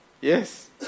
yes